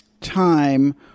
time